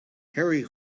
harry